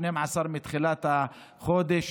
12 מתחילת החודש.